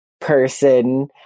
person